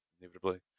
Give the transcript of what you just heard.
inevitably